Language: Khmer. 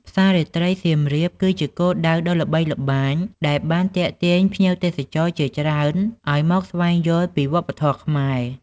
ផ្សាររាត្រីសៀមរាប គឺជាគោលដៅដ៏ល្បីល្បាញ ដែលបានទាក់ទាញភ្ញៀវទេសចរជាច្រើនឱ្យមកស្វែងយល់ពីវប្បធម៌ខ្មែរ។